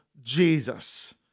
Jesus